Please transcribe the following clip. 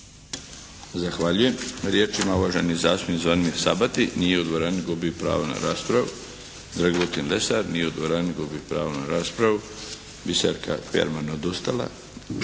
Zahvaljujem. Riječ ima uvaženi zastupnik Zvonimir Sabati. Nije u dvorani, gubi pravo na raspravu. Dragutin Lesar, nije u dvorani gubi pravo na raspravu. Biserka Perman, odustala.